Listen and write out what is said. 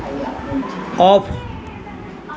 off